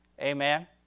Amen